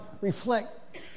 reflect